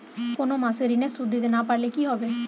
কোন মাস এ ঋণের সুধ দিতে না পারলে কি হবে?